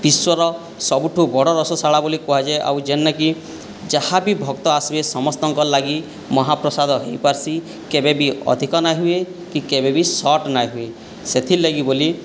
ବିଶ୍ଵର ସବୁଠୁ ବଡ଼ ରୋଷଶାଳା ବୋଲି କୁହାଯାଏ ଆଉ ଯେନେକି ଯାହା ବି ଭକ୍ତ ଆସିବେ ସମସ୍ତଙ୍କର ଲାଗି ମହାପ୍ରସାଦ ହୋଇପାର୍ସି କେବେବି ଅଧିକ ନାହିଁ ହୁଏ କି କେବେ ବି ଶର୍ଟ ନାଇଁ ହୁଏ ସେଥିଲାଗି ବୋଲି